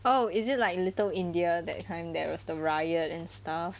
oh is it like little india that kind there was the riot and stuff